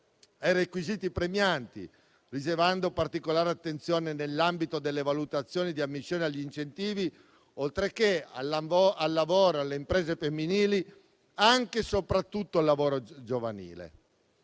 ai requisiti premianti, riservando specifica considerazione, nell'ambito delle valutazioni di ammissione agli incentivi, oltreché al lavoro e alle imprese femminili, anche e soprattutto al lavoro giovanile.